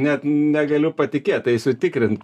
net negaliu patikėt eisiu tikrint